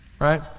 right